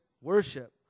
worship